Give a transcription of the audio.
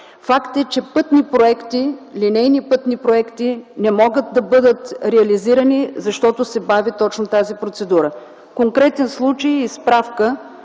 Факт е, че пътни проекти – линейни пътни проекти, не могат да бъдат реализирани, защото се бави точно тази процедура. Конкретен случай за справка